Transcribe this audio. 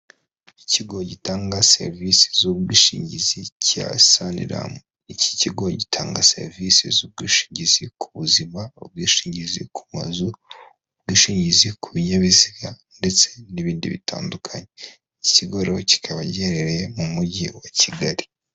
Ikigo gitanga serivisi z'ubwishingizi cya saniramu, iki kigo gitanga serivisi z'ubwishingizi ku buzima, ubwishingizi ku mazu, ubwishingizi ku binyabiziga ndetse n'ibindi bitandukanye, ikigo rero kikaba giherereye mu mujyi wa Kigali.